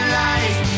life